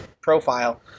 profile